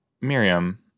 Miriam